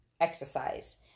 exercise